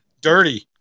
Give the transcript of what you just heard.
dirty